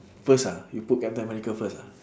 first ah you put captain america first ah